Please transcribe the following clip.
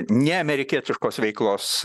neamerikietiškos veiklos